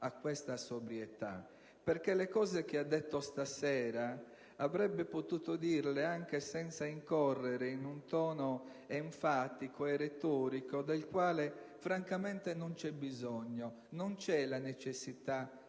a questa sobrietà, perché quanto ha riferito stasera avrebbe potuto dirlo anche senza incorrere in un tono enfatico e retorico, del quale francamente non c'è bisogno. Non c'è la necessità